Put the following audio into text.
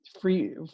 free